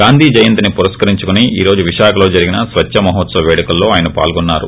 గాంధీ జయంతి పురస్కరించుకుని ఈ రోజు విశాఖలో జరిగిన స్వచ్ఛ మహోత్సవ్ పేడుకల్లో ఆయన పాల్గొన్నారు